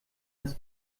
das